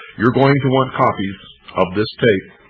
you're going to want copies of this tape.